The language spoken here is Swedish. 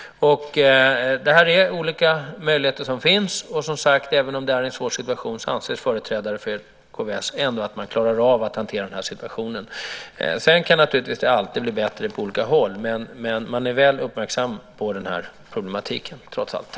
Det här är olika möjligheter som finns. Även om det är en svår situation anser företrädare för KVS ändå att man klarar av att hantera den. Det kan naturligtvis alltid bli bättre på olika håll, men man är väl uppmärksam på den här problematiken trots allt.